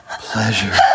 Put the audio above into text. Pleasure